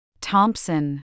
Thompson